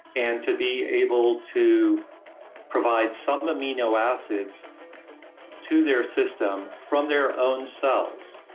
and to be able to provide some amino acids to their system from their own cells.